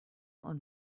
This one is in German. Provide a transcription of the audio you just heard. und